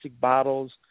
bottles